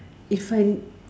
if I